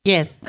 Yes